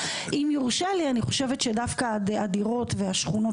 אם יורשה לי אני חושבת שדווקא הדירות והשכונות